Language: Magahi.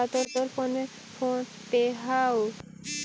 का तोर फोन में फोन पे हउ?